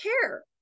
care